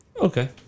Okay